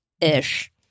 ish